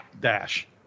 dash